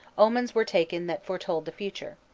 omens were taken that foretold the future.